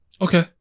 okay